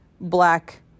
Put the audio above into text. Black